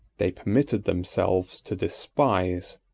they permitted themselves to despise,